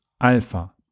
Alpha